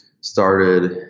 started